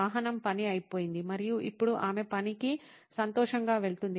వాహనం పని అయిపోయింది మరియు ఇప్పుడు ఆమె పనికి సంతోషంగా వెళ్తుంది